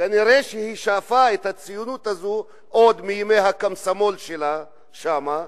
כנראה היא שאפה את הציונות הזו עוד מימי הקומסומול שלה שמה,